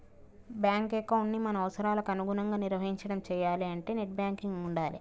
bank ఎకౌంటుని మన అవసరాలకి అనుగుణంగా నిర్వహించడం చెయ్యాలే అంటే నెట్ బ్యాంకింగ్ ఉండాలే